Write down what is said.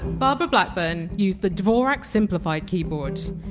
barbara blackburn used the dvorak simplified keyboard,